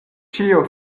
ĉio